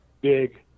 big